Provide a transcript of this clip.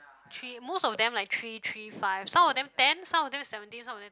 three most of them like three three five some of them ten some of them seventeen some of them